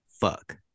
Fuck